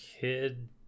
kid